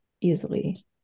easily